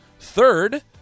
Third